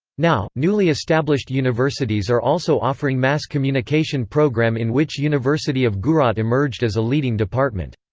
now newly established universities are also offering mass communication program in which university of gujrat emerged as a leading department.